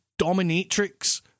dominatrix